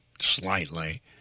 slightly